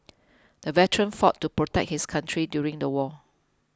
the veteran fought to protect his country during the war